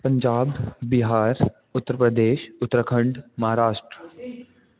Punjab Bihar Uttar Pradesh Uttarakhand Maharashtra